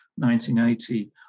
1980